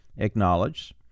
acknowledge